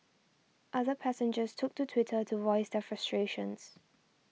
other passengers took to Twitter to voice their frustrations